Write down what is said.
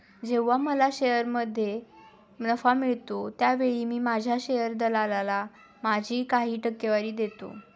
जेव्हा मला शेअरमध्ये नफा मिळतो त्यावेळी मी माझ्या शेअर दलालाला माझी काही टक्केवारी देतो